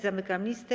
Zamykam listę.